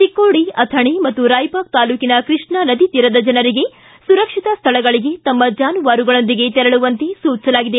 ಚಿಕ್ಕೋಡಿ ಅಥಣಿ ಪಾಗೂ ರಾಯಬಾಗ ತಾಲೂಕಿನ ಕೃಷ್ಣಾ ನದಿ ತೀರದ ಜನರಿಗೆ ಸುರಕ್ಷಿತ ಸ್ಥಳಗಳಿಗೆ ತಮ್ಮ ಜಾನುವಾರಗಳೊಂದಿಗೆ ತೆರಳುವಂತೆ ಸೂಚಿಸಲಾಗಿದೆ